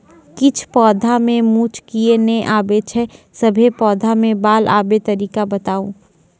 किछ पौधा मे मूँछ किये नै आबै छै, सभे पौधा मे बाल आबे तरीका बताऊ?